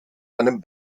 einen